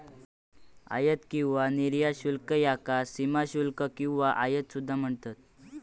आयात किंवा निर्यात शुल्क याका सीमाशुल्क किंवा आयात सुद्धा म्हणतत